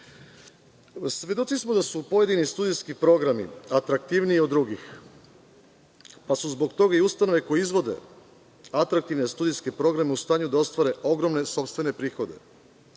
smo da su pojedini studentski programi atraktivniji od drugih, pa su zbog toga i ustanove koje izvode atraktivne studentske programe u stanju da ostvare ogromne sopstvene prihode.